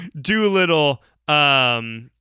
Doolittle